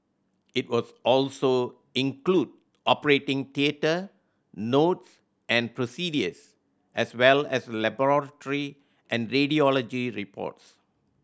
it will also include operating theatre notes and procedures as well as laboratory and radiology reports